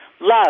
love